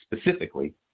specifically